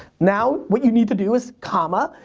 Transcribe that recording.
now what you need to do is comma,